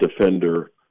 defender